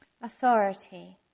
authority